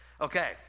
Okay